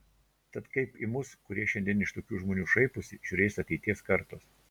tad kaip į mus kurie šiandien iš tokių žmonių šaiposi žiūrės ateities kartos